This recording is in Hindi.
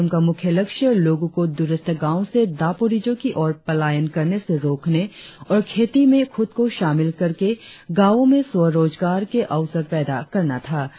कार्यक्रम का मुख्य लक्ष्य लोगों को द्रस्थ गांव से दापोरिजों की ओर पलायन करने से रोकने और खेती में खुद को शामिल करके गांवों में स्व रोजगार के अवसर पैदा करना था